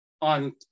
on